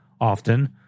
often